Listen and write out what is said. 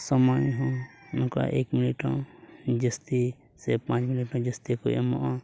ᱥᱚᱢᱚᱭ ᱦᱚᱸ ᱱᱚᱝᱠᱟ ᱮᱠ ᱢᱤᱱᱤᱴ ᱦᱚᱸ ᱡᱟᱹᱥᱛᱤ ᱥᱮ ᱯᱟᱸᱪ ᱢᱤᱱᱤᱴ ᱦᱚᱸ ᱡᱟᱹᱥᱛᱤ ᱠᱚ ᱮᱢᱚᱜᱼᱟ